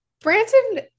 Branson